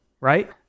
right